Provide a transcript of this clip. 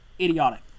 idiotic